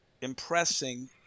impressing